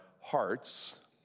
hearts